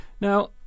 Now